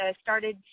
started